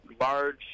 large